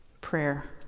prayer